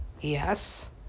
yes